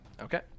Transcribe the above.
Okay